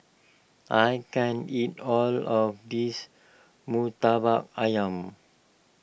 I can't eat all of this Murtabak Ayam